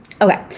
Okay